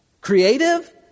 creative